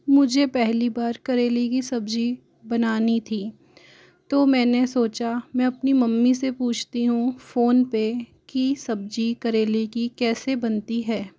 मुझे पहली बार करेले की सब्जी बनानी थी तो मैंने सोचा मैं अपनी मम्मी से पूछती हूँ फ़ोन पर कि सब्जी करेले की कैसे बनती है